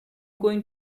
going